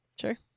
Sure